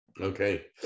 Okay